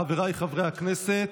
חבריי חברי הכנסת,